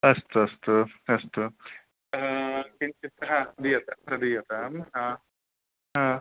अस्तु अस्तु अस्तु किञ्चित् सः दीयते अत्र दीयताम् ह हा